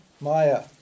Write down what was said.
maya